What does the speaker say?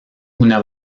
una